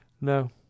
No